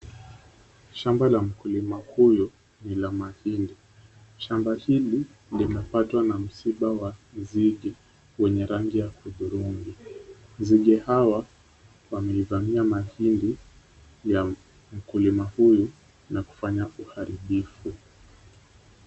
Shamba la mkulima huyu ni la mahindi. Shamba hili limepatwa na msiba wa nzige wenye rangi ya hudhurungi. Nzige hawa wameivamia mahindi ya mkulima huyu na kufanya uharibifu.